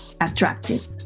attractive